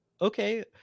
okay